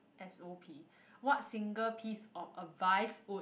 s_o_p what single piece of advice would